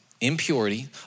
impurity